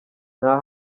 nta